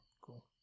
Cool